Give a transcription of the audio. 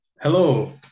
Hello